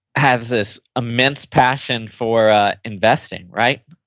has this immense passion for investing. right?